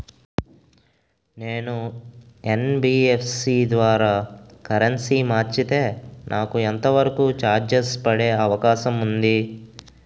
నేను యన్.బి.ఎఫ్.సి ద్వారా కరెన్సీ మార్చితే నాకు ఎంత వరకు చార్జెస్ పడే అవకాశం ఉంది?